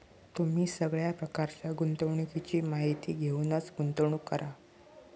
तुम्ही सगळ्या प्रकारच्या गुंतवणुकीची माहिती घेऊनच गुंतवणूक करा